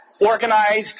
organized